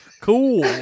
Cool